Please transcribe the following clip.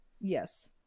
Yes